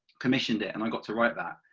commissioned it and i got to write that.